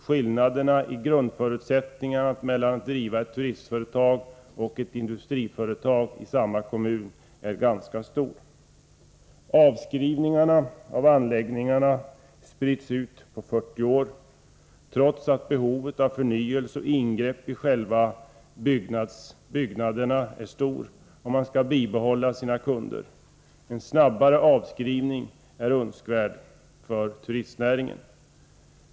Skillnaderna i grundförutsättningar mellan att driva ett turistföretag och ett industriföretag i samma kommun är ganska stora. Avskrivningarna av anläggningarna sprids ut på 40 år, trots att behovet av förnyelse och ingrepp i själva byggnaderna är stort, om man skall bibehålla sina kunder. En snabbare avskrivning är önskvärd för turistnäringen.